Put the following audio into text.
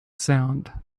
sound